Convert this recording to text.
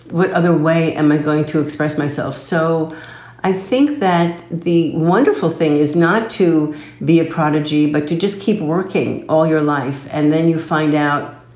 what other way am i going to express myself? so i think that the wonderful thing is not to be a prodigy, but to just keep working all your life. and then you find out,